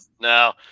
no